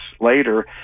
later